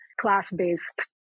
class-based